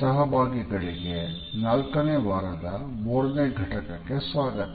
ಸಹಭಾಗಿಗಳಿಗೆ ನಾಲ್ಕನೇ ವಾರದ ಮೂರನೇ ಘಟಕಕ್ಕೆ ಸ್ವಾಗತ